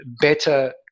better